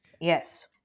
yes